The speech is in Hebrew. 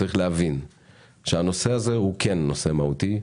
צריך להבין שהנושא הוא כן נושא מהותי,